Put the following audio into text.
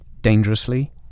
dangerously